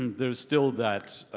and there's still that